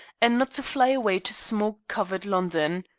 and not to fly away to smoke-covered london.